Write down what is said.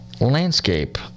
landscape